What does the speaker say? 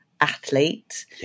athlete